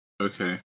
Okay